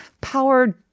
power